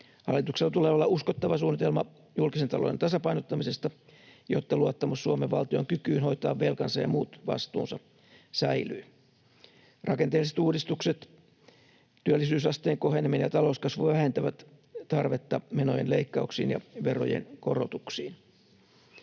Hallituksella tulee olla uskottava suunnitelma julkisen talouden tasapainottamisesta, jotta luottamus Suomen valtion kykyyn hoitaa velkansa ja muut vastuunsa säilyy. Rakenteelliset uudistukset, työllisyysasteen koheneminen ja talouskasvu vähentävät tarvetta menojen leikkauksiin ja verojen korotuksiin.